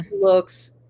looks